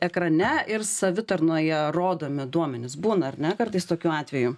ekrane ir savitarnoje rodomi duomenys būna ar ne kartais tokių atvejų